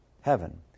heaven